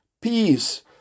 peace